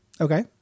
Okay